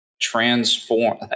transform